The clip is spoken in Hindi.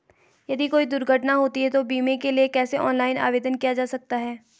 यदि कोई दुर्घटना होती है तो बीमे के लिए कैसे ऑनलाइन आवेदन किया जा सकता है?